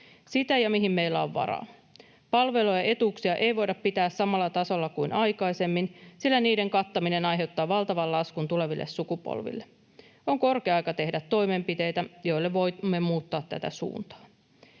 sitä, mihin meillä on varaa. Palveluja ja etuuksia ei voida pitää samalla tasolla kuin aikaisemmin, sillä niiden kattaminen aiheuttaa valtavan laskun tuleville sukupolville. On korkea aika tehdä toimenpiteitä, joilla voimme muuttaa tätä suuntaa.